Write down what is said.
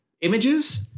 images